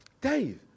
Dave